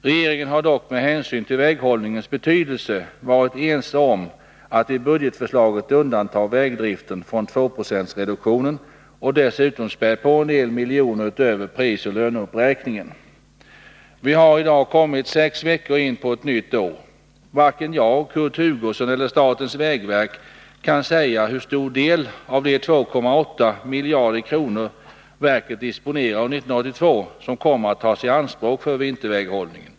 Regeringen har dock, med hänsyn till väghållningens betydelse, varit ense om att i budgetförslaget undanta vägdriften från 2-procentsreduktionen och dessutom spä på en del miljoner utöver prisoch löneuppräkningen. Vi har i dag kommit sex veckor in på ett nytt år. Varken jag, Kurt Hugosson eller statens vägverk kan säga hur stor del av de 2,8 miljarder kronor verket disponerar under 1982 som kommer att tas i anspråk för vinterväghållningen.